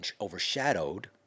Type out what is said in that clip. overshadowed